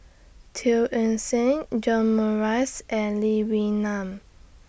Teo Eng Seng John Morrice and Lee Wee Nam